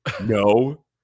No